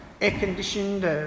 Air-conditioned